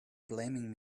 blaming